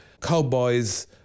cowboys